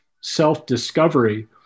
self-discovery